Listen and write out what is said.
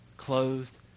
Clothed